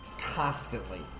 constantly